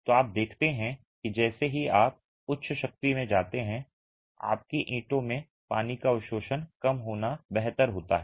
तो आप देखते हैं कि जैसे ही आप उच्च शक्ति में जाते हैं आपकी ईंटों में पानी का अवशोषण कम होना बेहतर होता है